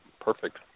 Perfect